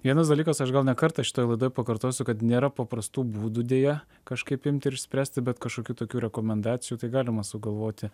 vienas dalykas aš gal ne kartą šitoj laidoj pakartosiu kad nėra paprastų būdų deja kažkaip imti ir spręsti bet kažkokių tokių rekomendacijų tai galima sugalvoti